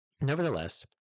Nevertheless